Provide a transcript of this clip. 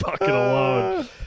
alone